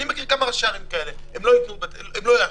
אני מכיר כמה ראשי ערים כאלה, הם לא יאשרו.